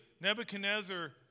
Nebuchadnezzar